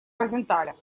росенталя